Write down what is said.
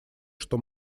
что